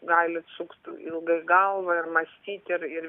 galit sukt ilgai galvą ir mąstyt ir ir